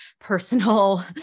personal